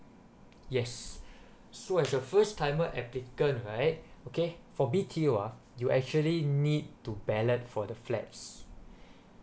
yes so as a first timer applicant right okay for B_T_O uh you actually need to ballot for the flats